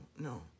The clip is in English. no